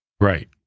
Right